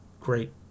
great